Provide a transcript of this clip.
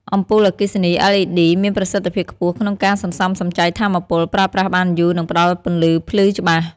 អំពូលអគ្គិសនី LED មានប្រសិទ្ធភាពខ្ពស់ក្នុងការសន្សំសំចៃថាមពល ប្រើប្រាស់បានយូរ និងផ្តល់ពន្លឺភ្លឺច្បាស់។